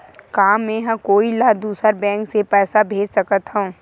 का मेंहा कोई ला दूसर बैंक से पैसा भेज सकथव?